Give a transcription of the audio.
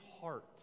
heart